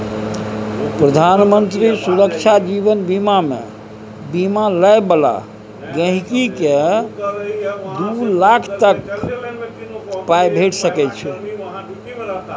प्रधानमंत्री सुरक्षा जीबन बीमामे बीमा लय बला गांहिकीकेँ दु लाख तक पाइ भेटि सकै छै